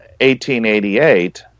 1888